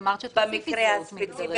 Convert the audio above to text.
את אמרת שכיסית זהות מגדרית.